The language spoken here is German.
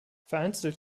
vereinzelt